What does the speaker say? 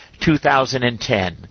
2010